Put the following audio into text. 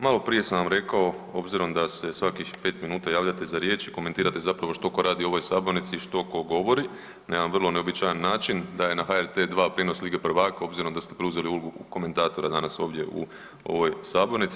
Malo prije sam vam rekao, obzirom da se svakih pet minuta javljate za riječ i komentirate zapravo što tko radi u ovoj sabornici, što tko govori na jedan vrlo neuobičajen način da je na HRT2 prijenos Lige prvaka obzirom da ste uzeli ulogu komentatora danas ovdje u ovoj sabornici.